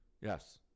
Yes